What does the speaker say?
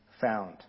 found